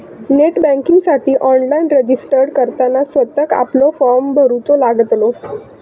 net बँकिंगसाठी online registered करताना स्वतःक आपलो फॉर्म भरूचो लागतलो